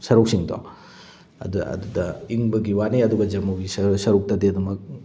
ꯁꯔꯨꯛꯁꯤꯡꯗꯣ ꯑꯗꯣ ꯑꯗꯨꯗ ꯏꯪꯕꯒꯤ ꯋꯥꯅꯤ ꯑꯗꯨꯒ ꯖꯃꯨꯒꯤ ꯁꯔꯨꯛꯇꯗꯤ ꯑꯗꯨꯃꯛ